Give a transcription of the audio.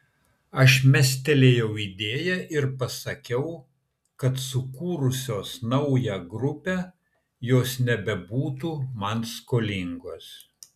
aš mestelėjau idėją ir pasakiau kad sukūrusios naują grupę jos nebebūtų man skolingos